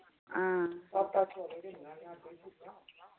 हां